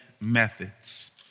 Methods